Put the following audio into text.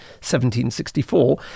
1764